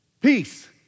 Peace